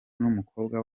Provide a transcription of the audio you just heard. n’umukobwa